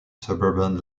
suburban